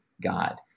God